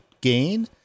gain